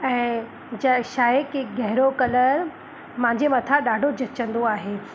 ऐं जे छा आहे कि गहिरो कलर मुंहिंजे मथां ॾाढो जचंदो आहे